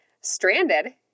stranded